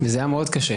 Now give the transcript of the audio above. וזה היה מאוד קשה,